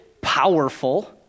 powerful